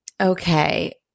okay